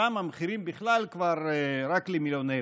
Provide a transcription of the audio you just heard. שם המחירים בכלל כבר רק למיליונרים.